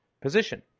position